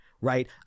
Right